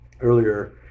earlier